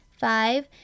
Five